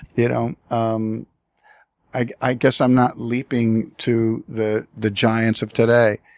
you know um i i guess i'm not leaping to the the giants of today